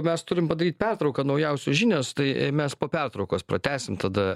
mes turim padaryt pertrauką naujausios žinios tai mes po pertraukos pratęsim tada